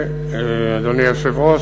אדוני היושב-ראש,